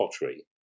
pottery